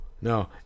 no